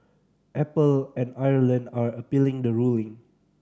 Apple and Ireland are appealing the ruling